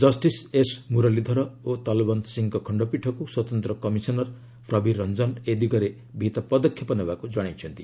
justice S Muralidhar ଓ ତଲବନ୍ତ ସିଂହଙ୍କ ଖଣ୍ଡପୀଠକୁ ସ୍ୱତନ୍ତ୍ର କମିଶନର ପ୍ରବୀର ରଞ୍ଜନ ଏ ଦିଗରେ ବିହିତ ପଦକ୍ଷେପ ନେବାକୁ ଜଣାଇଛନ୍ତି